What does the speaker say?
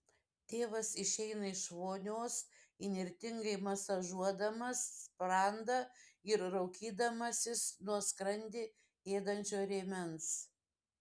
tėvas išeina iš vonios įnirtingai masažuodamas sprandą ir raukydamasis nuo skrandį ėdančio rėmens